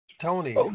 Tony